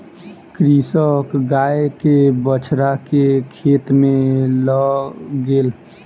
कृषक गाय के बछड़ा के खेत में लअ गेल